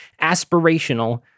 aspirational